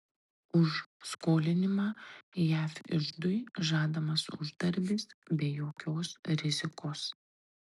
už skolinimą jav iždui žadamas uždarbis be jokios rizikos